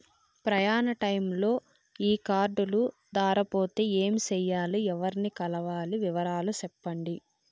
ప్రయాణ టైములో ఈ కార్డులు దారబోతే ఏమి సెయ్యాలి? ఎవర్ని కలవాలి? వివరాలు సెప్పండి?